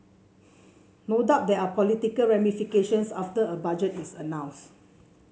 no doubt there are political ramifications after a budget is announced